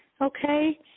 okay